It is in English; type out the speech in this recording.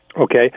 Okay